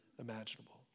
Imaginable